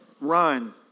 Run